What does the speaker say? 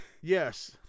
Yes